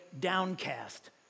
downcast